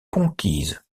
conquise